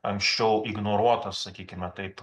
anksčiau ignoruotas sakykime taip